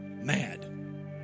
Mad